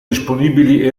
disponibili